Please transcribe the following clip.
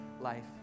life